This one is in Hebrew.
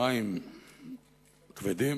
מים כבדים